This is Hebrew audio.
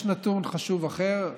יש נתון חשוב אחר,